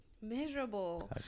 Miserable